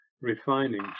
refining